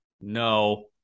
no